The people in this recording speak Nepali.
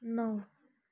नौ